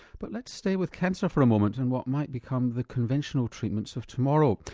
but let's stay with cancer for a moment and what might become the conventional treatments of tomorrow.